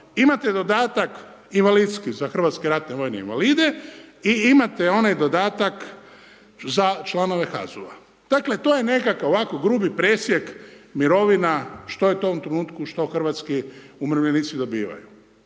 Imate dodatak invalidski za hrvatske ratne vojne invalide i imate onaj dodatak za članove HAZ-a. Dakle, to je nekakav ovako grubi presjek mirovina što je to u ovom trenutku što hrvatski umirovljenici dobivaju.